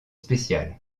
spécial